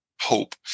hope